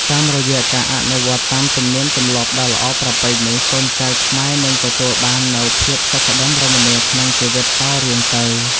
តាមរយៈការអនុវត្តតាមទំនៀមទម្លាប់ដ៏ល្អប្រពៃនេះកូនចៅខ្មែរនឹងទទួលបាននូវភាពសុខដុមរមនាក្នុងជីវិតតរៀងទៅ។